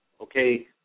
okay